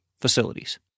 facilities